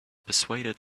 persuaded